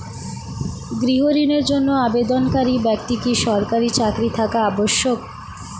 গৃহ ঋণের জন্য আবেদনকারী ব্যক্তি কি সরকারি চাকরি থাকা আবশ্যক?